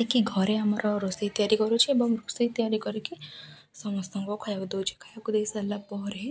ଆସିକି ଘରେ ଆମର ରୋଷେଇ ତିଆରି କରୁଛି ଏବଂ ରୋଷେଇ ତିଆରି କରିକି ସମସ୍ତଙ୍କୁ ଖାଇବାକୁ ଦଉଛି ଖାଇବାକୁ ଦେଇସାରିଲା ପରେ